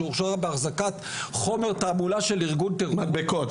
שהורשע באחזקת חומר תעמולה של ארגון טרור --- מדבקות,